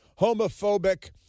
homophobic